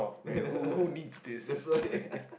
yeah that's why